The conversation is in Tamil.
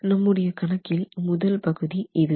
நம்முடைய கணக்கில் முதல் பகுதி இதுவே